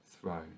throne